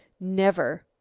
never,